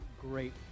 great